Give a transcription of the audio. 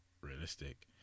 realistic